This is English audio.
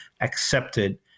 accepted